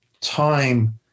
time